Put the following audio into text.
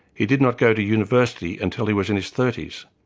he did not go to university until he was in his thirty s,